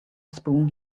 spoon